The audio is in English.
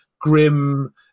grim